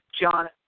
John